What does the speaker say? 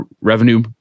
revenue